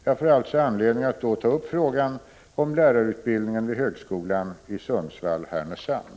Jag får alltså anledning att då ta upp frågan om lärarutbildningen vid högskolan i Sundsvall/Härnösand.